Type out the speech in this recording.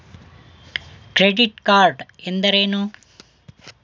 Credit card ಎಂದರೇನು?